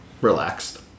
relaxed